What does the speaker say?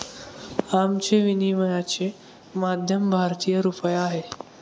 आमचे विनिमयाचे माध्यम भारतीय रुपया आहे